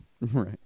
right